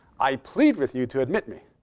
i plead with you to admit me.